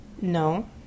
No